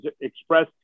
Express